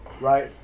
right